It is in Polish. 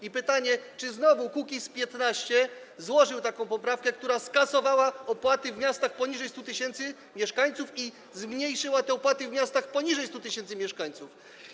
I pytanie: Czy znowu Kukiz’15 złożył taką poprawkę, która skasowała opłaty w miastach poniżej 100 tys. mieszkańców i zmniejszyła te opłaty w miastach poniżej 100 tys. mieszkańców?